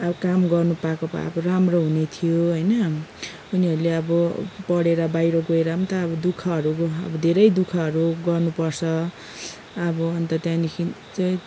अब काम गर्नु पाएको भए अब राम्रो हुने थियो होइन उनीहरूले अब पढेर बाहिर गोएर पनि त अब दु खहरू धेरै दु खहरू गर्नु पर्छ अब अन्त त्यहाँदेखि चाहिँ